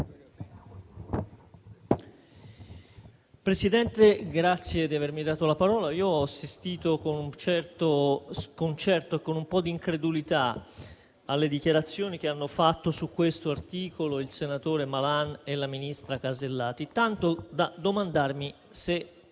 Presidente, ho assistito con un certo sconcerto e con un po' di incredulità alle dichiarazioni che hanno fatto su questo articolo il senatore Malan e la ministra Casellati, tanto da domandarmi se